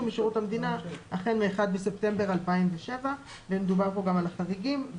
משירות המדינה החל מ-1 בספטמבר 2007. מדובר כאן גם על החריגים.